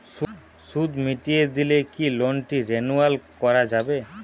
সুদ মিটিয়ে দিলে কি লোনটি রেনুয়াল করাযাবে?